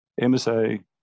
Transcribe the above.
MSA